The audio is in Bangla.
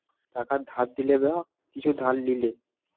টাকা ধার দিলে বা কিছু ধার লিলে